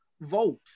vote